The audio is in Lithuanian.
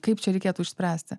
kaip čia reikėtų išspręsti